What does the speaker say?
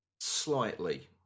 slightly